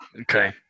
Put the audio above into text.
Okay